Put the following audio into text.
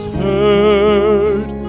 heard